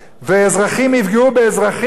ואזרחים יפגעו באזרחים,